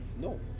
No